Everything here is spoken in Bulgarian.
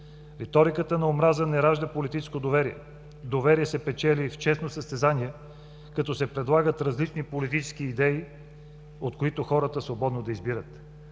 Реториката на омраза не ражда политическо доверие. Доверие се печели в честно състезание, като се предлагат различни политически идеи, от които хората свободно да избират.